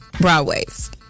Broadway's